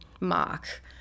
mark